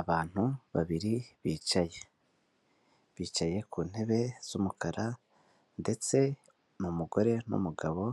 Abantu babiri bicaye, bicaye ku ntebe z'umukara ndetse ni umugore n'umugabo,